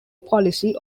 policy